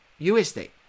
USD